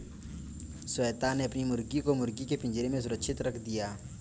श्वेता ने अपनी मुर्गी को मुर्गी के पिंजरे में सुरक्षित रख दिया